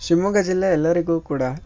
ಶಿಮೊಗ ಜಿಲ್ಲೆ ಎಲ್ಲರಿಗೂ ಕೂಡ